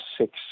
six